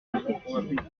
perfectible